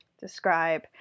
describe